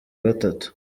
gatatu